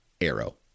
arrow